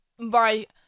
Right